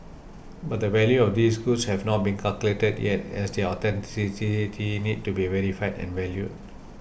but the value of these goods have not been calculated yet as their authenticity need to be verified and valued